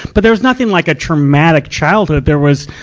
but there's nothing like a traumatic childhood. there was,